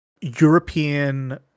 european